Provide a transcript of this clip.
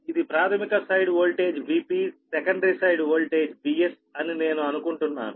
ఇది ప్రాధమిక side voltage Vp secondary side voltage Vs అని నేను అనుకుంటున్నాను